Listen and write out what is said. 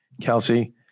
Kelsey